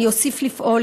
אני אוסיף לפעול,